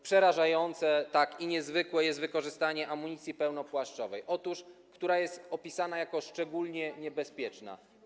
Przerażające i niezwykłe jest wykorzystanie amunicji pełnopłaszczowej, która jest opisana jako szczególnie niebezpieczna.